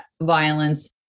violence